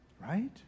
Right